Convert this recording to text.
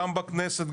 גם בכנסת,